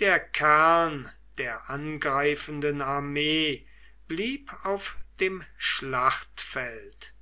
der kern der angreifenden armee blieb auf dem schlachtfeld